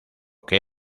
que